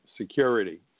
Security